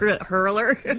Hurler